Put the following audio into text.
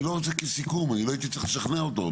אני לא רוצה כסיכום אני לא הייתי צריך לשכנע אותו,